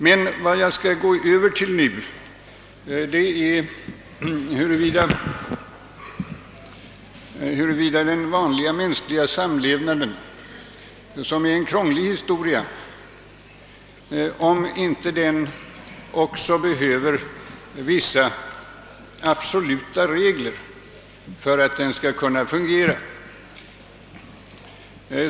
Men jag skall nu gå över till frågan buruvida den vanliga mänskliga samlevnaden, som är en krånglig historia, inte också behöver vissa absoluta regler för att kunna fungera.